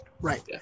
right